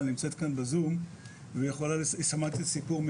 נמצאת כאן בזום והיא שמעה את הסיפור.